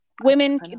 Women